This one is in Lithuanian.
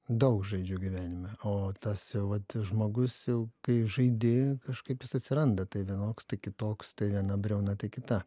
daug žaidžiu gyvenime o tas jau vat žmogus jau kai žaidi kažkaip jis atsiranda tai vienoks tai kitoks tai viena briauna tai kita